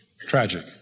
Tragic